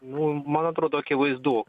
nu man atrodo akivaizdu